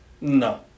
No